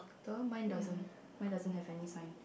the mine doesn't mine doesn't have any sign